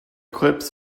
clips